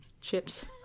Chips